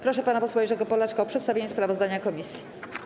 Proszę pana posła Jerzego Polaczka o przedstawienie sprawozdania komisji.